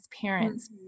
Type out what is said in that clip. parents